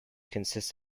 consists